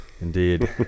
Indeed